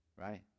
Right